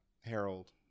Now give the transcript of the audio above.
Harold